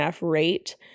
rate